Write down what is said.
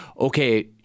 okay